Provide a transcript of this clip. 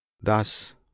Thus